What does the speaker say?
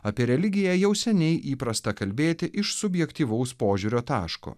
apie religiją jau seniai įprasta kalbėti iš subjektyvaus požiūrio taško